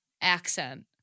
accent